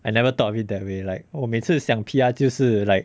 I never thought of it that way like 我每次想 P_R 就是 like